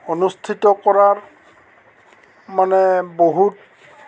অনুষ্ঠিত কৰাৰ মানে বহুত